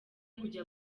kujya